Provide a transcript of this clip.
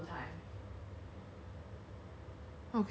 oh ya 我刚刚去看 mummy 煮什么汤